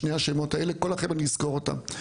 שני השמות האלה כל החיים אני אזכור אותם.